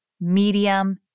medium